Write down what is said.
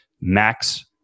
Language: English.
max